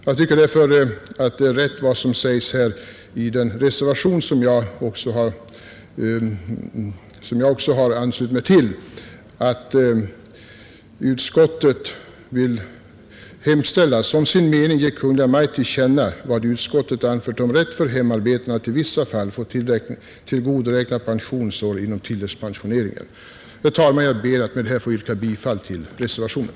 Jag tycker därför att det är riktigt vad som sägs i den reservation som jag också har anslutit mig till, att riksdagen som sin mening ger Kungl. Maj:t till känna vad utskottet anfört om rätt för hemarbetande att i vissa fall få tillgodoräkna pensionsår inom tilläggspensioneringen. Herr talman! Jag ber att få yrka bifall till reservationen.